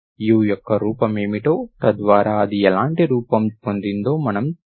U యొక్క రూపమేమిటో తద్వారా అది ఎలాంటి రూపం పొందిందో చూసాము